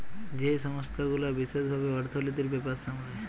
যেই সংস্থা গুলা বিশেস ভাবে অর্থলিতির ব্যাপার সামলায়